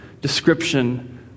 description